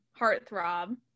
heartthrob